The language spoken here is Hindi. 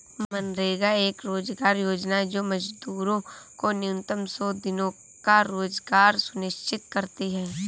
मनरेगा एक रोजगार योजना है जो मजदूरों को न्यूनतम सौ दिनों का रोजगार सुनिश्चित करती है